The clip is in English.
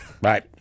Bye